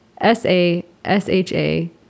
S-A-S-H-A